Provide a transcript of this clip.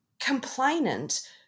complainant